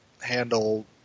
handle